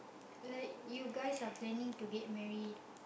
like you guys are planning to get married